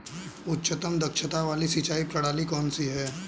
उच्चतम दक्षता वाली सिंचाई प्रणाली कौन सी है?